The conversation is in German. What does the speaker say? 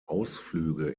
ausflüge